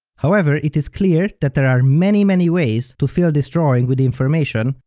however, it is clear that there are many-many ways to fill this drawing with information,